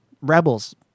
Rebels